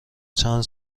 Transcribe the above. چند